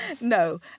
No